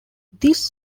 this